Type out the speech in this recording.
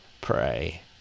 pray